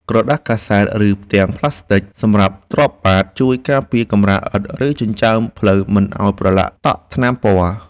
ក្រដាសកាសែត ឬផ្ទាំងប្លាស្ទិកសម្រាប់ទ្រាប់បាត ជួយការពារកម្រាលឥដ្ឋ ឬចិញ្ចើមផ្លូវមិនឱ្យប្រឡាក់តក់ថ្នាំពណ៌។